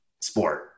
sport